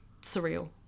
surreal